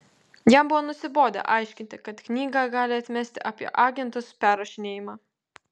jam buvo nusibodę aiškinti kad knygą gali atmesti apie agentus perrašinėjimą